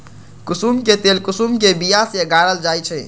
कुशुम के तेल कुशुम के बिया से गारल जाइ छइ